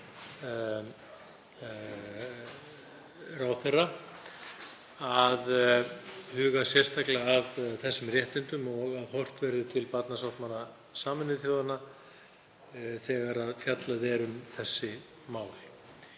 ráðherra að huga sérstaklega að þessum réttindum og að horft verði til barnasáttmála Sameinuðu þjóðanna þegar fjallað er um þessi mál.